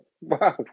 Wow